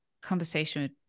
conversation